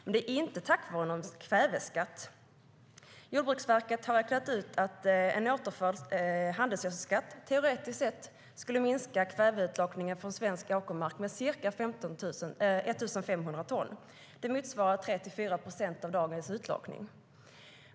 Men det är inte tack vare någon kväveskatt. Jordbruksverket har räknat ut att en återinförd handelsgödselskatt teoretiskt sett skulle minska kväveutlakningen från svenska åkermarker med ca 1 500 ton. Det motsvarar 3-4 procent av dagens utlakning.